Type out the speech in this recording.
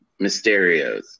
Mysterios